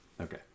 okay